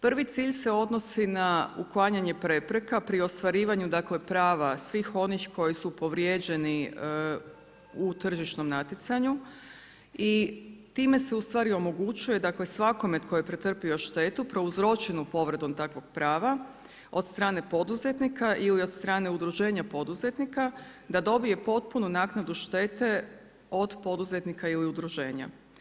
Prvi cilj se odnosi na uklanjanje prepreka pri ostvarivanju prava svih onih koji su povrijeđeni u tržišnom natjecanju i time se ustvari omogućuje svakome tko je pretrpio štetu, prouzročenom povredom takvog prava od strane poduzetnika ili od strane udruženja poduzetnika da dobije potpunu naknadu štete od poduzetnika i udruženja.